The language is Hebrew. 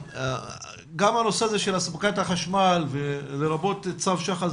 אבל גם הנושא הזה של הספקת החשמל ולרבות צו שח"ל,